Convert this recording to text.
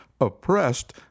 oppressed